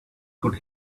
could